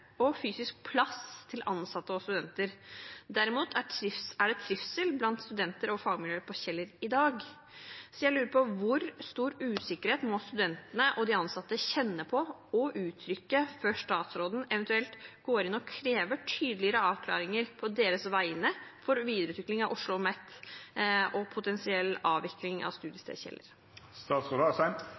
og fysisk plass til ansatte og studenter. Derimot er det trivsel blant studenter og fagmiljøer på Kjeller i dag. Jeg lurer på: Hvor stor usikkerhet må studentene og de ansatte kjenne på og uttrykke før statsråden eventuelt går inn og krever tydeligere avklaringer på deres vegne for videreutvikling av OsloMet og en potensiell avvikling av